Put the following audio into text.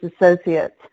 associates